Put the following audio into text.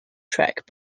trek